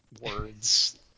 Words